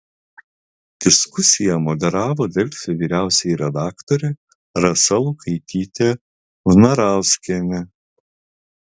diskusiją moderavo delfi vyriausioji redaktorė rasa lukaitytė vnarauskienė